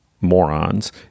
morons